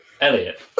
Elliot